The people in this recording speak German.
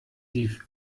die